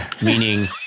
meaning